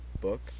book